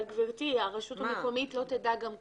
אבל, גברתי, הרשות המקומית לא תדע גם ככה.